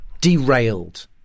derailed